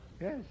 yes